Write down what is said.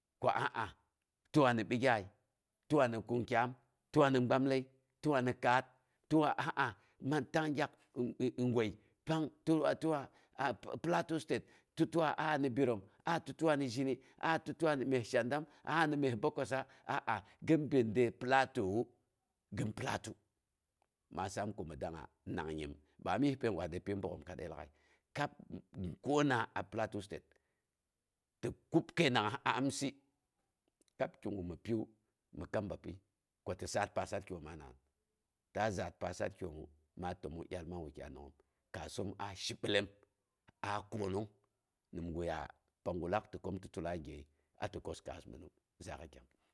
Ko a'a tɨwa ni bigyai, tɨwa ni kungkyaam, tɨwa tɨwa ni gbamlah tɨwa ni kaar, tiwa aa, maan tang gyak goi pang tɨwa a plateau state. Tɨtiwa aa ni birom, aa titiwa ni zhini, aa ti gwa ni myes shendam, aa ni myes bokkossa aa, gin bin de platowu gin platu. Maa saam ko mi dangnga nang nyim. Ba am yispəi gwa de pyi bogghom baam kadai lag'aia kab kona a plateau state. Ti kub kəi nangngas a amsɨ kab kigu mi piwu mi kam bapyi ko ti saar pasatkioma naan. Ta zaat pasar kiomu, maa təmong dyaal man wukyai nangngoom, kaasoom a shibilom a koonong, nimguya panggu laak ti koom tɨ tula gyəyəi kəos kaas mɨnu zaak'əi